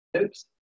oops